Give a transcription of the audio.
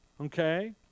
Okay